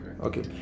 okay